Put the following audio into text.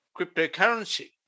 cryptocurrency